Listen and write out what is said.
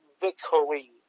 victory